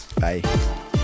Bye